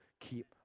keep